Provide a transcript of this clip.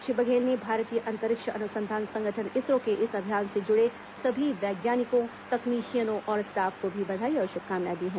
श्री बघेल ने भारतीय अंतरिक्ष अनुसंधान संगठन इसरो के इस अभियान से जुड़े सभी वैज्ञानिकों तकनीशियनों और स्टाफ को भी बधाई और शुभकामनाएं दी हैं